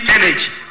energy